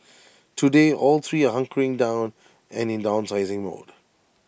today all three are hunkering down and in downsizing mode